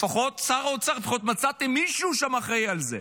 לפחות שר האוצר, מצאתם מישהו שאחראי לזה.